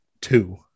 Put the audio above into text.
two